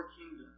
kingdom